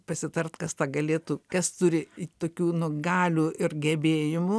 pasitarti kas tą galėtų kas turi tokių nu galių ir gebėjimų